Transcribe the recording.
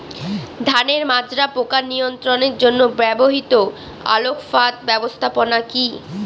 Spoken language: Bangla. ধানের মাজরা পোকা নিয়ন্ত্রণের জন্য ব্যবহৃত আলোক ফাঁদ ব্যবস্থাপনা কি?